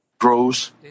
grows